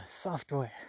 software